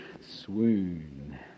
swoon